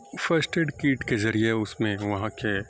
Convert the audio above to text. first aid kit کے ذریعے اس میں وہاں کے